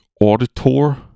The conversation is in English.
auditor